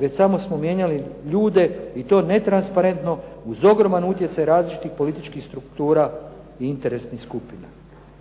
već samo smo mijenjali ljude i to netransparentno uz ogroman utjecaj različitih političkih struktura i interesnih skupina.